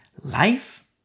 life